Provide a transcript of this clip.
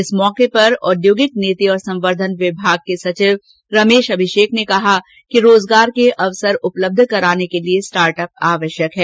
इस अवसर पर औद्योगिक नीति और संवर्धन विभाग के सचिव रमेश अभिषेक ने कहा कि रोजगार के अवसर उपलब्ध कराने के लिये स्टार्टअप आवश्यक है